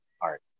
art